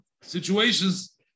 situations